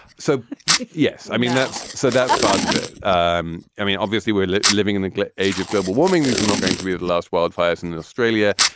so, yes, i mean, that's so that's about it. um i mean, obviously we're living in the like age of global warming. these are not going to be the last wildfires in australia.